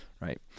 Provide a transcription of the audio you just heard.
right